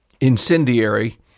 incendiary